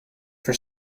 for